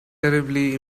terribly